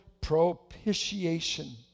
propitiation